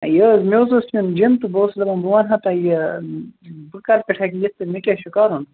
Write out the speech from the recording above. یہِ حظ مےٚ حظ اوس یُن جٕم تہٕ بہٕ اَوسُس دَپان بہٕ وَنہٕ ہا تۅہہِ یہِ بہٕ کَرٕ پٮ۪ٹھ ہٮ۪کہٕ یِتھ تہٕ مےٚ کیٛاہ چھُ کَرُن